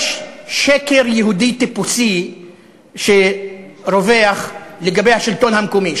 יש שקר יהודי טיפוסי שרווח לגבי השלטון המקומי,